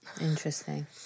Interesting